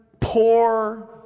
poor